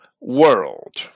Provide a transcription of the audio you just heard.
world